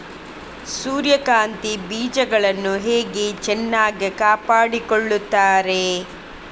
ಸೂರ್ಯಕಾಂತಿ ಬೀಜಗಳನ್ನು ಹೇಗೆ ಚೆನ್ನಾಗಿ ಕಾಪಾಡಿಕೊಳ್ತಾರೆ?